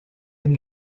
him